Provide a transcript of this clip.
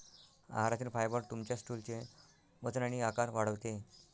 आहारातील फायबर तुमच्या स्टूलचे वजन आणि आकार वाढवते